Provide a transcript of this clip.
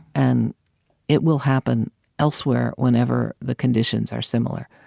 and it will happen elsewhere, whenever the conditions are similar.